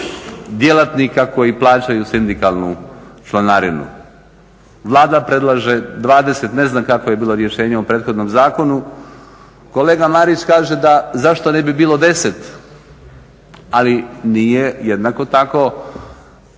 djelatnika koji plaćaju sindikalnu članarinu. Vlada predlaže 20, ne znam kakvo je bilo rješenje u prethodnom zakonu. Kolega Marić kaže zašto ne bi bilo 10, ali nije jednako tako